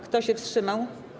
Kto się wstrzymał?